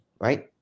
right